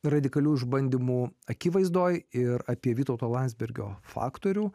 radikalių išbandymų akivaizdoje ir apie vytauto landsbergio faktorių